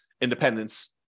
independence